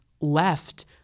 left